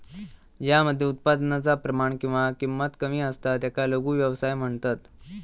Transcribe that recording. ज्या मध्ये उत्पादनाचा प्रमाण किंवा किंमत कमी असता त्याका लघु व्यवसाय म्हणतत